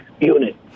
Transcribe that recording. unit